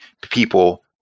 people